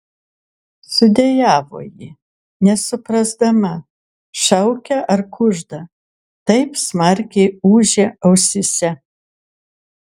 sudejavo ji nesuprasdama šaukia ar kužda taip smarkiai ūžė ausyse